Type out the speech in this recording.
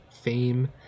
fame